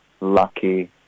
lucky